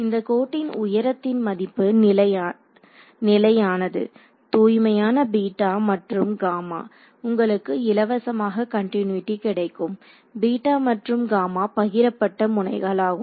இந்த கோட்டின் உயரத்தின் மதிப்பு நிலையானது தூய்மையான மற்றும் உங்களுக்கு இலவசமாக கண்டினியூட்டி கிடைக்கும் மற்றும் பகிரப்பட்ட முனைகள் ஆகும்